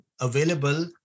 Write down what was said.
available